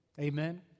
Amen